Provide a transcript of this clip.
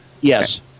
Yes